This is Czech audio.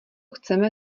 chceme